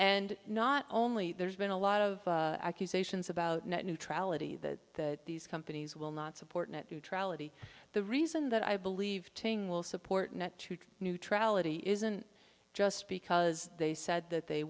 and not only there's been a lot of accusations about net neutrality that these companies will not support net neutrality the reason that i believe tng will support net neutrality isn't just because they said that they